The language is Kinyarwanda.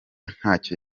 ntacyo